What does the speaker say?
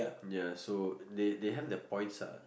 ya so they they have their points ah